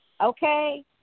okay